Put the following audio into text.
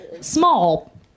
small